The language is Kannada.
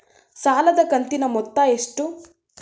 ಸಾಲದ ಕಂತಿನ ಮೊತ್ತ ಎಷ್ಟು?